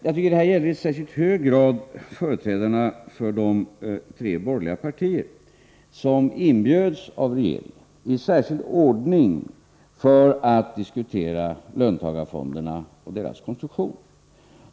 Jag tycker att detta i särskilt hög grad gäller företrädarna för de tre borgerliga partier som inbjöds av regeringen i särskild ordning för att diskutera löntagarfonderna och deras konstruktion.